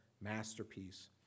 masterpiece